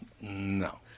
No